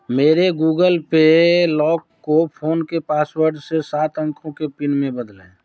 मेरे Google pay lock को phone के पासवर्ड से सात अंकों के पिन में बदलें